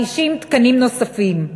50 תקנים נוספים.